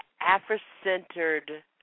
Afro-centered